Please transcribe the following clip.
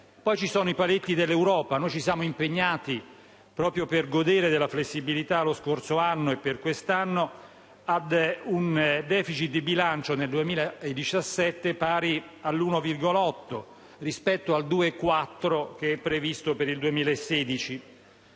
Poi ci sono i paletti dell'Europa. Noi ci siamo impegnati, per godere della flessibilità lo scorso anno e per quest'anno, ad un *deficit* di bilancio nel 2017 pari all'1,8 per cento rispetto al 2,4 che è previsto per il 2016.